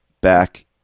back